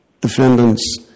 defendant's